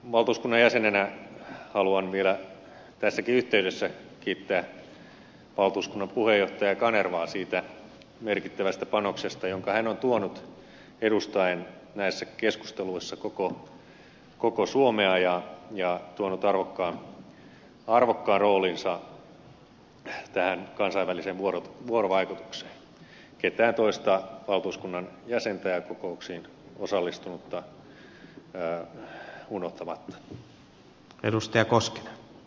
valtuuskunnan jäsenenä haluan vielä tässäkin yhteydessä kiittää valtuuskunnan puheenjohtaja kanervaa siitä merkittävästä panoksesta jonka hän on tuonut edustaen näissä keskusteluissa koko suomea ja tuoden arvokkaan roolinsa tähän kansainväliseen vuorovaikutukseen ketään toista valtuuskunnan jäsentä ja kokouksiin osallistunutta unohtamatta